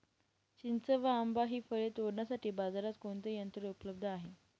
चिंच व आंबा हि फळे तोडण्यासाठी बाजारात कोणते यंत्र उपलब्ध आहे?